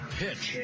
pitch